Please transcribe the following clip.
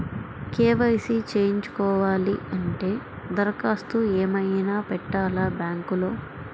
KYC చేయించుకోవాలి అంటే దరఖాస్తు ఏమయినా పెట్టాలా బ్యాంకులో?